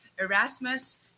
Erasmus